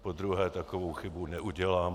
Podruhé takovou chybu neudělám.